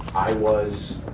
was,